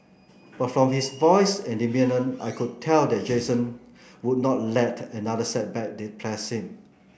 but from his voice and demeanour I could tell that Jason would not let another setback depress him